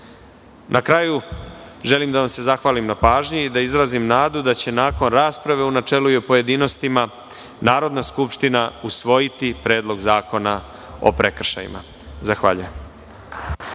kraju, želim da vam se zahvalim na pažnji i da izrazim nadu da će nakon rasprave u načelu i pojedinostima Narodna skupština usvojiti Predlog zakona o prekršajima. Zahvaljujem.